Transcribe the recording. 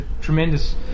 tremendous